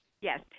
yes